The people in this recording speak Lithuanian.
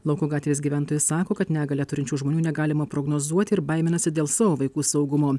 lauko gatvės gyventojai sako kad negalią turinčių žmonių negalima prognozuoti ir baiminasi dėl savo vaikų saugumo